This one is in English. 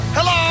Hello